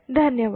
धन्यवाद